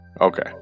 okay